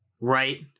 right